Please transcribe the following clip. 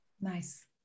Nice